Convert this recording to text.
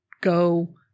go